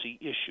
issue